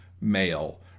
male